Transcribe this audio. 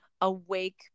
awake